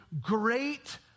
great